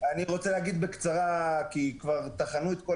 רוצה להתייחס בקצרה כי כבר טחנו את כל